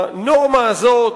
הנורמה הזאת,